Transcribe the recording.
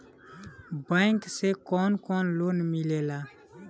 Bank से कौन कौन लोन मिलेला?